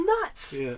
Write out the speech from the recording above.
nuts